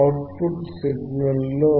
out put సిగ్నల్లో